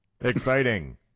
Exciting